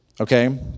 okay